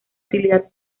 utilidad